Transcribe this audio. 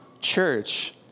church